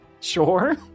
Sure